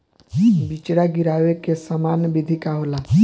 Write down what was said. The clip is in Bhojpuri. बिचड़ा गिरावे के सामान्य विधि का होला?